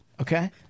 Okay